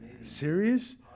Serious